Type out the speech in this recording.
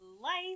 life